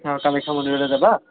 অঁ কামাখ্যা মন্দিৰলৈ যাবা